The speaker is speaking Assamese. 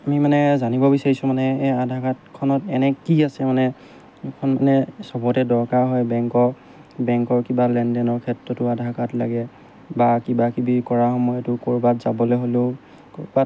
আমি মানে জানিব বিচাৰিছোঁ মানে এই আধাৰ কাৰ্ডখনত এনে কি আছে মানে এইখন মানে সবতে দৰকাৰ হয় বেংকৰ বেংকৰ কিবা লেনদেনৰ ক্ষেত্ৰতো আধাৰ কাৰ্ড লাগে বা কিবা কিবি কৰা সময়তো ক'ৰবাত যাবলৈ হ'লেও ক'ৰবাত